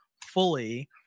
fully